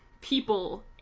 people